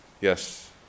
Yes